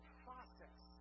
process